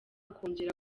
kongera